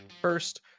first